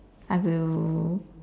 I will